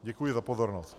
Děkuji za pozornost.